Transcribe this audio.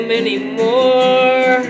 anymore